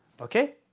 okay